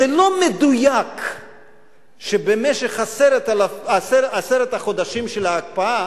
זה לא מדויק שבמשך עשרת החודשים של ההקפאה